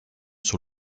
sur